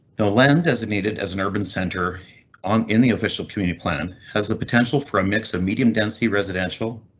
no lend as needed as an urban center on in the official community plan has the potential for a mix of medium density, residential,